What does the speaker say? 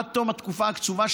עד תום התקופה הקצובה,